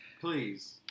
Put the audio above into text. Please